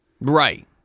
Right